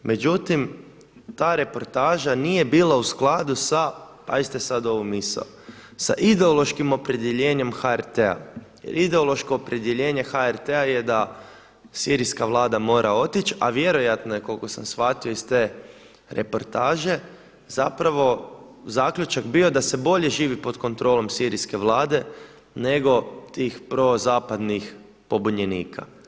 Međutim, ta reportaža nije bila u skladu sa pazite sad ovu misao sa ideološkim opredjeljenjem HRT-a jer ideološko opredjeljenje HRT-a je da sirijska Vlada mora otići, a vjerojatno je koliko sam shvatio iz te reportaže zapravo zaključak bio da se bolje živi pod kontrolom sirijske Vlade nego tih prozapadnih pobunjenika.